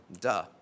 Duh